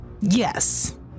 Yes